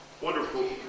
Wonderful